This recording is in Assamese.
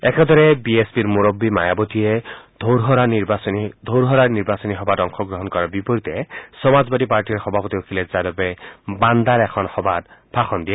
একেদৰে বি এছ পিৰ মুৰববী মায়াৱতীয়ে ধৌৰহৰাৰ নিৰ্বাচনী সভাত অংশগ্ৰহণ কৰাৰ বিপৰীতে সমাজবাদী পাৰ্টীৰ সভাপতি অখিলেশ যাদৱে বাণ্ডাৰ এখন সভাত ভাষণ দিয়ে